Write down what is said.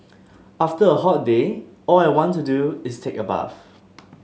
after a hot day all I want to do is take a bath